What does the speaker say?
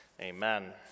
amen